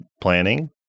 planning